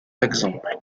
exemple